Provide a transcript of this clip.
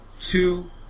two